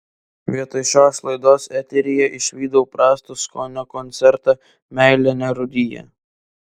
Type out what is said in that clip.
vietoj šios laidos eteryje išvydau prasto skonio koncertą meilė nerūdija